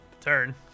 turn